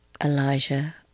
Elijah